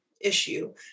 issue